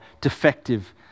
defective